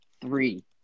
Three